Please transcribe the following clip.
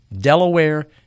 Delaware